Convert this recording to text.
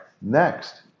Next